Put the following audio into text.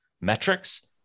metrics